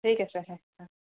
ঠিক আছে হুঁ হুঁ